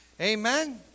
Amen